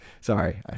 sorry